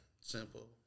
simple